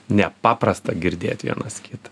nepaprasta girdėt vienas kitą